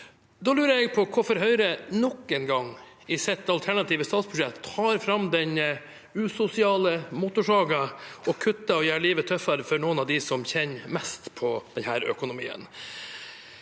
Da lurer jeg på hvorfor Høyre nok en gang i sitt alternative statsbudsjett tar fram den usosiale motorsagen og kutter og gjør livet tøffere for noen av dem som kjenner mest på denne økonomien.